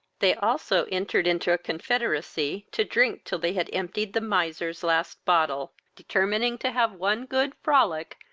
they also entered into a confederacy to drink till they had emptied the miser's last bottle, determining to have one good frolic,